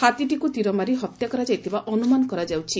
ହାତୀଟିକୁ ତୀର ମାରି ହତ୍ୟା କରାଯାଇଥିବା ଅନୁମାନ କରାଯାଉଛି